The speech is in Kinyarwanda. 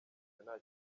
nta